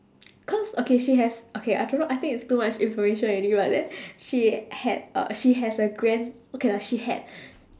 cause okay she has okay I don't know I think it's too much information already but then she had uh she has a grand~ okay lah she had